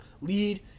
lead